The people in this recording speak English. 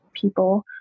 people